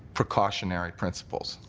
precautionary principles.